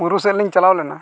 ᱵᱩᱨᱩ ᱥᱮᱫᱞᱤᱝ ᱪᱟᱞᱟᱣ ᱞᱮᱱᱟ